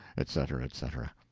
etc, etc.